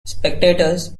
spectators